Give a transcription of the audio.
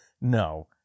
No